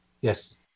Yes